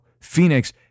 Phoenix